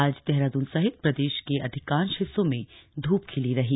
आज देहरादून सहित प्रदेश के अधिकांश हिस्सों में धूप खिली रही